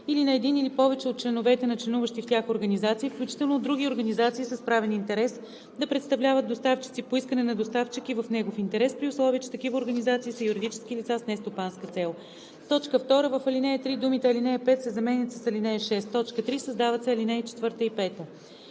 или на един или повече от членовете на членуващи в тях организации, включително от други организации с правен интерес да представляват доставчици по искане на доставчик и в негов интерес, при условие че такива организации са юридически лица с нестопанска цел.“ 2. В ал. 3 думите „ал. 5“ се заменят с „ал. 6“. 3. Създават се ал. 4 и 5: